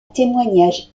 témoignage